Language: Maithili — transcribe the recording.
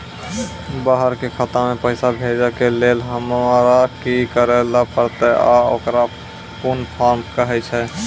बाहर के खाता मे पैसा भेजै के लेल हमरा की करै ला परतै आ ओकरा कुन फॉर्म कहैय छै?